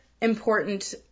important